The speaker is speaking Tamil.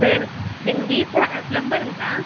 சார் எங்கள் வீட்டு அ பிளம்பருங்களா